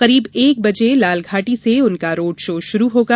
करीब एक बजे लालघाटी से उनका रोड शो शुरू होगा